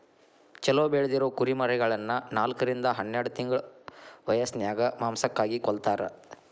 ಚೊಲೋ ಬೆಳದಿರೊ ಕುರಿಮರಿಗಳನ್ನ ನಾಲ್ಕರಿಂದ ಹನ್ನೆರಡ್ ತಿಂಗಳ ವ್ಯಸನ್ಯಾಗ ಮಾಂಸಕ್ಕಾಗಿ ಕೊಲ್ಲತಾರ